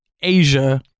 Asia